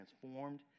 transformed